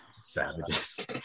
Savages